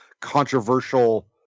controversial